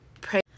pray